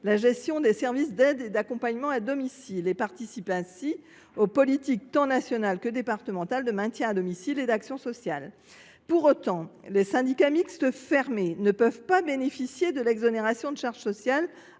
la gestion des services d’aide et d’accompagnement à domicile et participent ainsi aux politiques tant nationales que départementales de maintien à domicile et d’action sociale. Pour autant, les syndicats mixtes fermés ne peuvent pas bénéficier de l’exonération de charges sociales